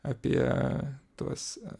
apie tuos